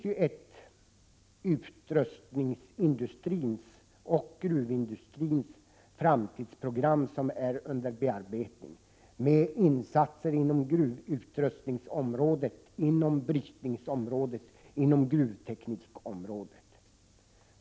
Utrustningsindustrin och gruvindustrin har ju ett framtidsprogram under bearbetning, i vilket ingår insatser när det gäller gruvutrustningen inom brytningsområdet och gruvteknikområdet.